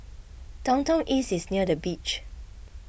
Downtown East is near the beach